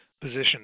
position